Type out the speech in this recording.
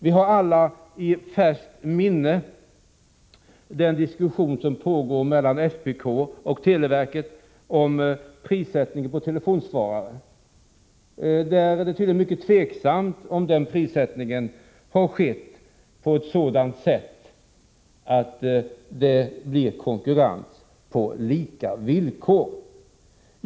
Vi har alla i färskt minne den diskussion som pågått och pågår mellan SPK och televerket om prissättningen på telefonsvarare. I det avseendet är det tydligen mycket tveksamt om prissättningen skett på sådant sätt att det blir konkurrens på lika villkor.